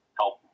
help